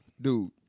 dude